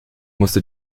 musste